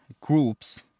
groups